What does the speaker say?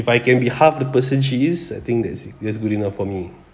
if I can be half the person she is I think that's that's good enough for me